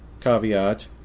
caveat